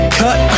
cut